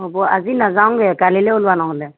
হ'ব আজি নাযাওগৈ কালিলৈ ওলোৱা নহ'লে